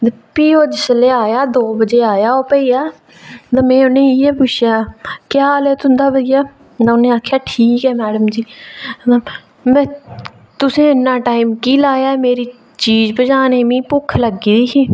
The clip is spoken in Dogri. ते भी ओह् जिसलै आया दो बजे आया ओह् बइया ते में उ'नें गी इ'यै पुच्छेआ केह् हाल बइया तुं'दा ते उ'नें आखेआ ठीक ऐ मैडम जी ते तुसें इन्ना टाइम की लाया ऐ मेरी चीज पजाने गी मिगी भुक्ख लग्गी दी ही